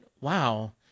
wow